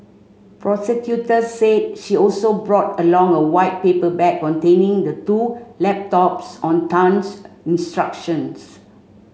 prosecutors said she also brought along a white paper bag containing the two laptops on Tan's instructions